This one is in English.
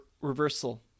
reversal